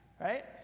right